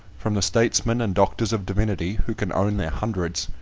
from the statesmen and doctors of divinity, who can own their hundreds,